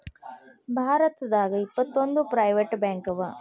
ಭಾರತದಾಗ ಇಪ್ಪತ್ತೊಂದು ಪ್ರೈವೆಟ್ ಬ್ಯಾಂಕವ